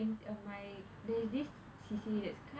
there's this C_C_A that is kind